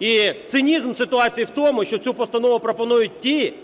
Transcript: І цинізм ситуації в тому, що цю постанову пропонують ті,